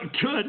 good